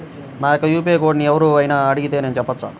నా యొక్క యూ.పీ.ఐ కోడ్ని ఎవరు అయినా అడిగితే నేను చెప్పవచ్చా?